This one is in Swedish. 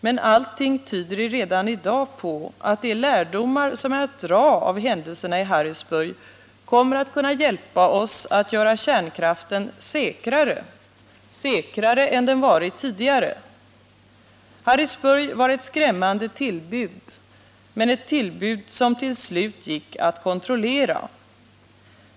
Men allting tyder redan i dag på att de lärdomar som är att dra av händelserna i Harrisburg kommer att kunna hjälpa oss att göra kärnkraften säkrare; säkrare än den varit tidigare. Harrisburgshändelsen var ett skräm mande tillbud, men ett tillbud som till slut gick att kontrollera.